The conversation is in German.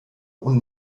und